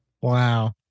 Wow